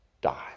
die